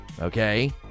Okay